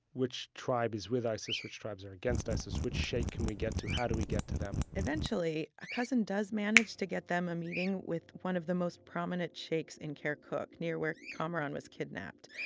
which tribe is with isis? which tribes are against isis? which sheikh can we get to? how do we get to them? eventually, a cousin does manage to get them a meeting with one of the most prominent sheikhs in kirkuk, near where kamaran was kidnapped.